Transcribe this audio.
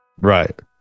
Right